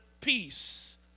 peace